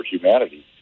humanity